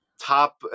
top